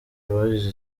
bagize